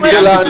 אבל